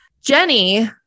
Jenny